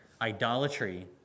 idolatry